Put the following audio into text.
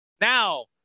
Now